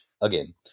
again